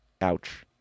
Ouch